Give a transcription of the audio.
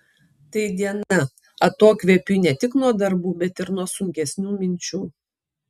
tai diena atokvėpiui ne tik nuo darbų bet ir nuo sunkesnių minčių